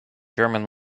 german